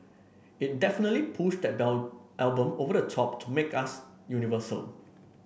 it definitely pushed that album over the top to make us universal